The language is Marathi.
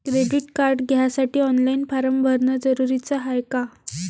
क्रेडिट कार्ड घ्यासाठी ऑनलाईन फारम भरन जरुरीच हाय का?